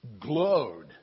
glowed